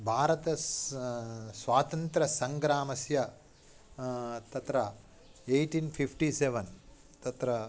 भारतस्य स्वातन्त्र्यसङ्ग्रामस्य तत्र एटीन् फ़िफ्टि सेवन् तत्र